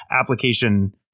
application